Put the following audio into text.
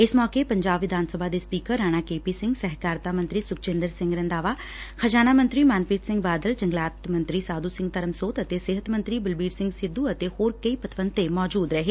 ਇਸ ਮੌਕੇ ਪੰਜਾਬ ਵਿਧਾਨ ਸਭਾ ਦੇ speaker Rana K P Singh ਸਹਿਕਾਰਤਾ ਮੰਤਰੀ ਸੁਖਜਿੰਦਰ ਸਿੰਘ ਰੰਧਾਵਾ ਖ਼ਜ਼ਾਨਾ ਮੰਤਰੀ ਮਨਪ੍ਰੀਤ ਸਿੰਘ ਬਾਦਲ ਜੰਗਲਾਤ ਮੰਤਰੀ ਸਾਧੂ ਸਿੰਘ ਧਰਮਸੋਤ ਸਿਹਤ ਮੰਤਰੀ ਬਲਬੀਰ ਸਿੰਘ ਸਿੱਧੂ ਅਤੇ ਹੋਰ ਕਈ ਪੰਤਵਤੇ ਮੌਜੂਦ ਰਹੇ